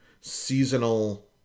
seasonal